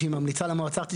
שהיא ממליצה למועצה הארצית,